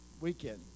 weekend